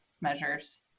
measures